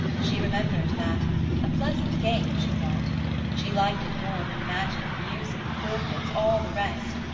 she remembered that a pleasant game, she thought she liked it more than magic music, forfeits, all the rest.